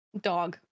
Dog